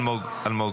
--- אלמוג.